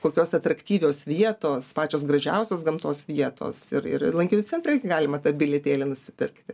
kokios atraktyvios vietos pačios gražiausios gamtos vietos ir ir lankytojų centre irgi galima tą bilietėlį nusipirkti